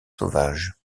sauvage